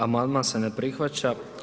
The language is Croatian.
Amandman se ne prihvaća.